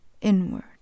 inward